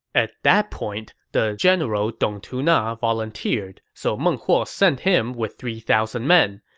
at that point, the general dong tuna volunteered, so meng huo sent him with three thousand men.